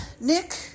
Nick